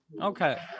Okay